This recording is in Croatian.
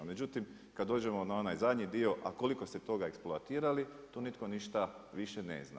Međutim, kada dođemo na onaj zadnji dio, a koliko ste toga eksploatirali, tu nitko ništa više ne zna.